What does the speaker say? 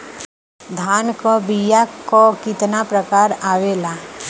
धान क बीया क कितना प्रकार आवेला?